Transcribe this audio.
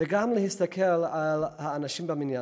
וגם להסתכל על האנשים במניין.